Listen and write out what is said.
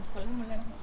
அது சொல்லமுடியல